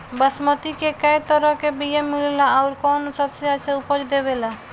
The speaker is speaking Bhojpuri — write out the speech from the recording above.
बासमती के कै तरह के बीया मिलेला आउर कौन सबसे अच्छा उपज देवेला?